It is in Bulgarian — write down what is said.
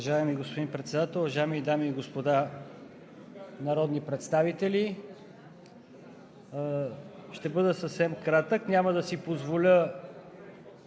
Уважаеми господин Председател, уважаеми дами и господа народни представители! Ще бъда съвсем кратък, няма да си позволя